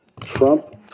Trump